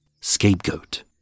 scapegoat